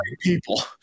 people